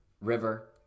River